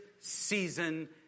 season